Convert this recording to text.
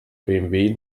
bmw